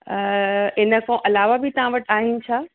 इन खां अलावा बि तव्हां वटि आहिनि छा